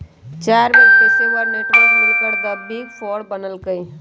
चार बड़ पेशेवर नेटवर्क मिलकर द बिग फोर बनल कई ह